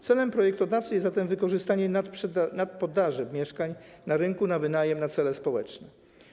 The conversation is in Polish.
Celem projektodawcy jest zatem wykorzystanie nadpodaży mieszkań na rynku na wynajem na cele społeczne.